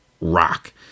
rock